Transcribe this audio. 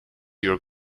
your